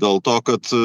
dėl to kad